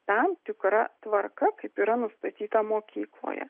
tam tikra tvarka kaip yra nustatyta mokykloje